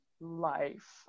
life